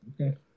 Okay